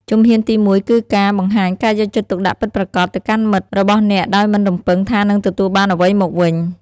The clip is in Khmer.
ជំហានទីមួយគឺការបង្ហាញការយកចិត្តទុកដាក់ពិតប្រាកដទៅកាន់មិត្តរបស់អ្នកដោយមិនរំពឹងថានឹងទទួលបានអ្វីមកវិញ។